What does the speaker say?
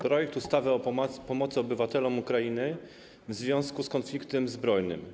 Projekt ustawy o pomocy obywatelom Ukrainy w związku z konfliktem zbrojnym.